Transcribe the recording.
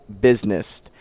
business